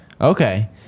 Okay